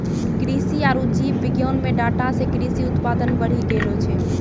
कृषि आरु जीव विज्ञान मे डाटा से कृषि उत्पादन बढ़ी गेलो छै